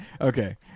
Okay